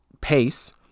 pace